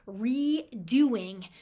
redoing